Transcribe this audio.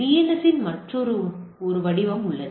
DNS இன் மற்றொரு உள்ளது